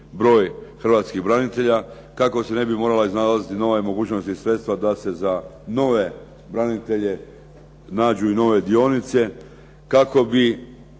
broj hrvatskih branitelja, kako se ne bi morala iznalaziti nove mogućnosti i sredstva da se za nove branitelje nađu i nove dionice kako bi